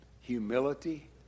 humility